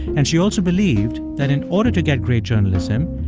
and she also believed that in order to get great journalism,